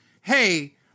hey